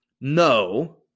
No